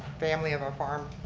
family of a farm,